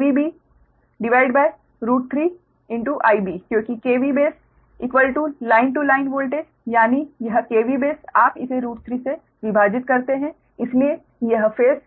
और ZB KVB3 IB क्योंकि kV base line to line voltage यानि यह kV बेस आप इसे √𝟑 से विभाजित करते हैं इसलिए यह फेज